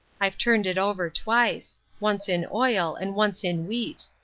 i've turned it over twice once in oil and once in wheat.